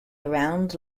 around